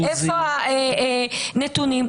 איפה הנתונים?